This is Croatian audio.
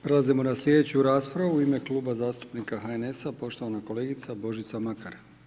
Prelazimo na sljedeću raspravu, u ime Kluba zastupnika HNS-a poštovana kolegica Božica Makar.